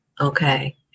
okay